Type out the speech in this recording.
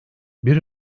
bir